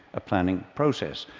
a planning process,